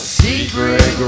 secret